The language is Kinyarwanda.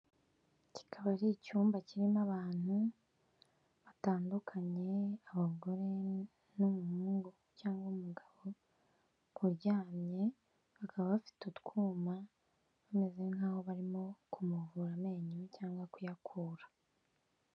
Kikaba ari icyumba kirimo abantu batandukanye, abagore n'umuhungu cyangwa umugabo uryamye, bakaba bafite utwuma, bameze nk'aho barimo kumuvura amenyo, cyangwa kuyakura.